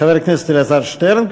חבר הכנסת אלעזר שטרן,